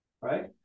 right